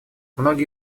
многие